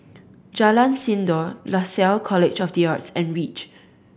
Jalan Sindor Lasalle College of The Arts and Reach